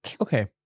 Okay